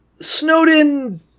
Snowden